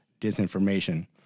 disinformation